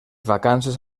vacances